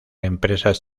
empresas